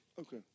Okay